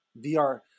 VR